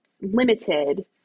limited